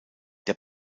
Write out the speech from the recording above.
der